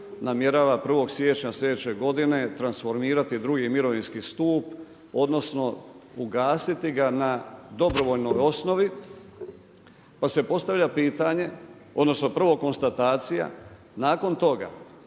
namjerava 1.1 sljedeće godine transformirati 2.mirovinski stup, odnosno, ugasiti ga na dobrovoljnoj osnovi. Pa se postavlja pitanje, odnosno, prvo konstatacija, nakon toga,